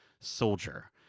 Soldier